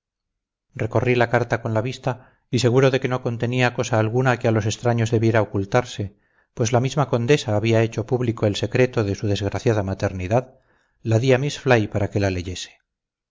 recorrí la carta con la vista y seguro de que no contenía cosa alguna que a los extraños debiera ocultarse pues la misma condesa había hecho público el secreto de su desgraciada maternidad la di a miss fly para que la leyese